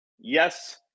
Yes